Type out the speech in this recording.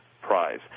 prize